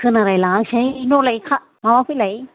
खोनालाय लाङासैहाय न'लाय माबाफैलाय